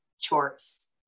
chores